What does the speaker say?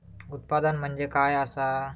उत्पादन म्हणजे काय असा?